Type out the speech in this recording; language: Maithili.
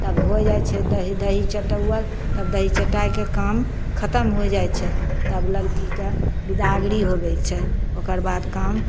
तब हो जाइत छै दही दही चटाओल तब दही चटाइके काम खतम होइ जाइत छै तब लड़कीके बिदागरी होबैत छै ओकर बाद काम